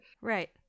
Right